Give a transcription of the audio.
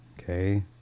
Okay